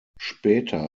später